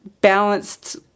balanced